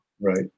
right